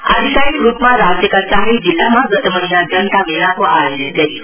आधिकारिक रूपमा राज्यका चारै जिल्लामा गत महिना जनता मेलाको आयोजना गरियो